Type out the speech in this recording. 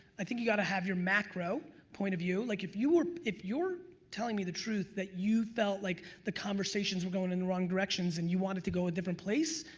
i think you got to have your macro point of view. like if you were, if you're telling me the truth that you felt like the conversations were going in the wrong directions and you want it to go a different place,